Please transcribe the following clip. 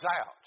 out